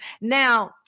Now